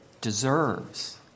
deserves